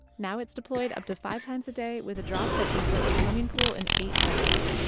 now it's deployed up to five times a day with a drop that can fill a swimming pool in eight seconds.